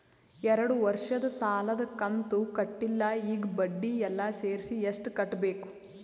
ಎರಡು ವರ್ಷದ ಸಾಲದ ಕಂತು ಕಟ್ಟಿಲ ಈಗ ಬಡ್ಡಿ ಎಲ್ಲಾ ಸೇರಿಸಿ ಎಷ್ಟ ಕಟ್ಟಬೇಕು?